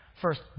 First